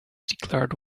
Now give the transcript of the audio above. declared